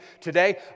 today